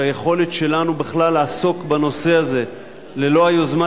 היכולת שלנו בכלל לעסוק בנושא הזה ללא היוזמה